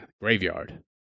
Graveyard